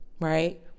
right